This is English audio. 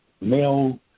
male